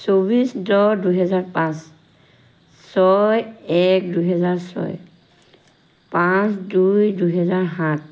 চৌবিছ দহ দুহেজাৰ পাঁচ ছয় এক দুহেজাৰ ছয় পাঁচ দুই দুহেজাৰ সাত